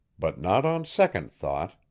but not on second thought.